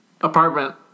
Apartment